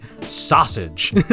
sausage